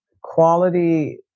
quality